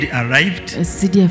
arrived